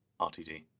RTD